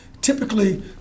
typically